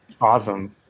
awesome